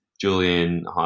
julian